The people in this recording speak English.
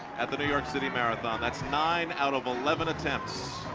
at the new york city marathon. that's nine out of eleven attempts,